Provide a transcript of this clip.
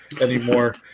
anymore